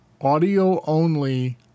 audio-only